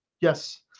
yes